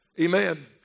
Amen